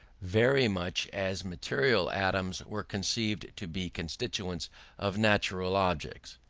very much as material atoms were conceived to be constituents of natural objects.